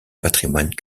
patrimoine